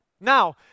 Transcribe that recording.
Now